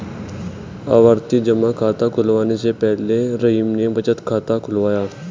आवर्ती जमा खाता खुलवाने से पहले रहीम ने बचत खाता खुलवाया